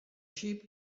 sheep